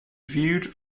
viewed